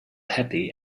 happy